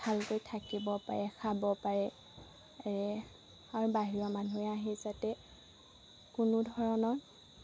ভালকৈ থাকিব পাৰে খাব পাৰে পাৰে আৰু বাহিৰৰ মানুহে আহি যাতে কোনো ধৰণৰ